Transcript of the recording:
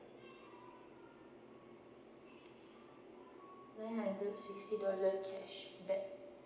then I get sixty dollars cashback